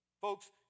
Folks